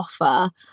offer